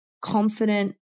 confident